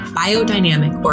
biodynamic